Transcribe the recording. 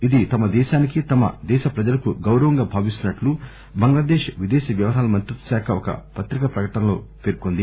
ఇది తమ దేశానికి తమ దేశ ప్రజలకు గౌరవంగా భావిస్తున్నట్లు బంగ్లాదేశ్ విదేశ వ్యవహారాల మంత్రిత్వ శాఖ ఒక పత్రికా ప్రకటన విడుదల చేసింది